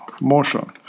motion